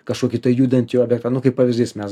kažkokį tai judantį objektą nu kaip pavyzdys mes